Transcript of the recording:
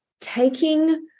taking